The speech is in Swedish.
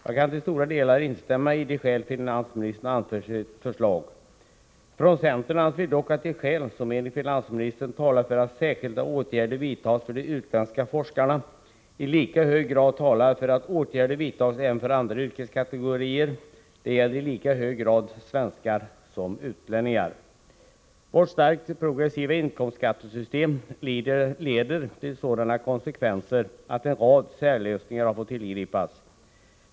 Jag kan till stora delar instämma i de skäl som finansministern anför i sitt förslag. Från centern anser vi dock att de skäl som enligt finansministern talar för att särskilda åtgärder vidtas för de utländska forskarna i lika hög grad talar för att åtgärder vidtas även för andra yrkeskategorier. Detta gäller i lika hög grad svenskar som utlänningar. Vårt starkt progressiva inkomstskattesystem leder till sådana konsekvenser att en rad särlösningar har fått tillgripas.